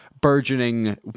burgeoning